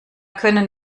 können